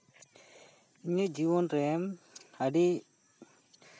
ᱤᱧᱟᱹᱜ ᱡᱤᱵᱚᱱ ᱨᱮᱱ ᱟᱹᱰᱤ